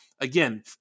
again